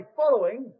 following